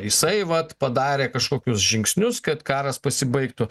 jisai vat padarė kažkokius žingsnius kad karas pasibaigtų